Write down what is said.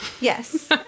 Yes